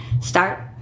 Start